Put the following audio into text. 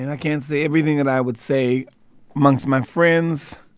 and i can't say everything that i would say amongst my friends,